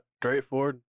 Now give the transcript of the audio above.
straightforward